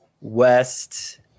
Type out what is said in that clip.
west